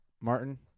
Martin